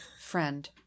friend